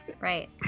Right